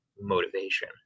motivation